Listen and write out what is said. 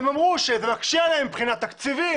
הם אמרו שזה מקשה עליהם מבחינה תקציבית,